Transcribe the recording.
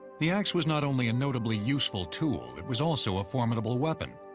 the axe was not only a notably useful tool, it was also a formidable weapon.